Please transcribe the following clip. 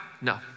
No